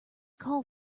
call